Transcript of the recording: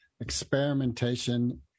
experimentation